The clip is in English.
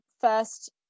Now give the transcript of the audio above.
first